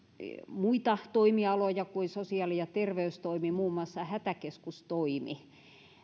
muita toimialoja kuin sosiaali ja terveystoimi muun muassa hätäkeskustoimi että